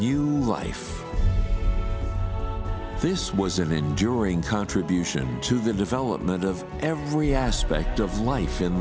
new life this was an enduring contribution to the development of every aspect of life in